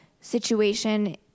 situation